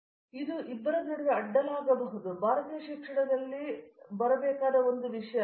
ವಿಶ್ವನಾಥನ್ ಇದು ಇಬ್ಬರ ನಡುವೆ ಅಡ್ಡಲಾಗಿರಬಹುದು ಅದು ಭಾರತೀಯ ಶಿಕ್ಷಣದಲ್ಲಿ ಭಾರತದಲ್ಲಿ ಬರಬೇಕಾದ ಒಂದು ವಿಷಯ